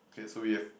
okay so we have